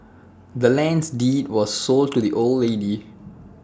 the land's deed was sold to the old lady